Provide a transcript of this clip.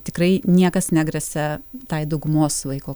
tikrai niekas negresia tai daugumos vaiko